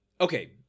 Okay